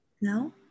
No